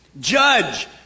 judge